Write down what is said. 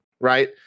right